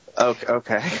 Okay